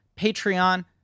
Patreon